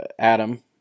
Adam